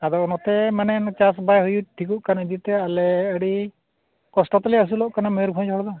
ᱟᱫᱚ ᱱᱚᱛᱮ ᱢᱟᱱᱮ ᱪᱟᱥ ᱵᱟᱭ ᱦᱩᱭᱩᱜ ᱴᱷᱤᱠᱚᱜ ᱠᱟᱱ ᱤᱫᱤᱛᱮ ᱟᱞᱮ ᱟᱹᱰᱤ ᱠᱚᱥᱴᱚᱛᱮᱞᱮ ᱟᱹᱥᱩᱞᱚᱜ ᱠᱟᱱᱟ ᱢᱚᱭᱩᱨᱵᱷᱚᱸᱡᱽ ᱦᱚᱲ ᱫᱚ